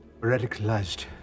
radicalized